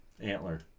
Antler